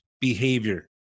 behavior